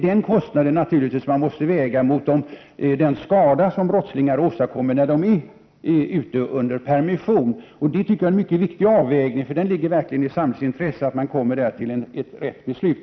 Den kostnaden måste naturligtvis vägas mot den skada brottslingarna åstadkommer när de är ute under permission. Detta tycker jag är en mycket viktig avvägning, och det ligger verkligen i samhällets intresse att här komma till rätt beslut.